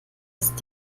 ist